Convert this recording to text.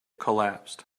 collapsed